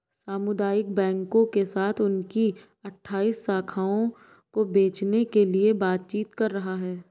सामुदायिक बैंकों के साथ उनकी अठ्ठाइस शाखाओं को बेचने के लिए बातचीत कर रहा है